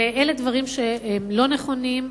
אלה דברים שאינם נכונים,